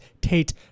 Tate